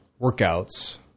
workouts